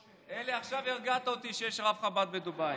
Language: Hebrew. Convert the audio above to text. אלי, עכשיו הרגעת אותי שיש רב של חב"ד בדובאי.